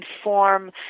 inform